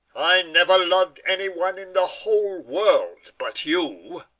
i never loved any one in the whole world but you.